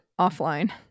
offline